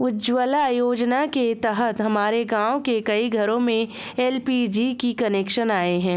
उज्ज्वला योजना के तहत हमारे गाँव के कई घरों में एल.पी.जी के कनेक्शन आए हैं